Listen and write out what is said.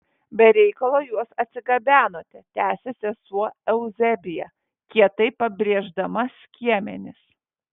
be reikalo juos atsigabenote tęsė sesuo euzebija kietai pabrėždama skiemenis